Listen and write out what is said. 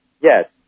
Yes